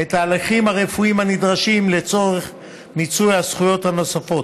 את ההליכים הרפואיים הנדרשים לצורך מיצוי הזכויות נוספות.